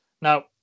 Now